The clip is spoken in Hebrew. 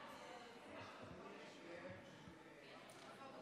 הוא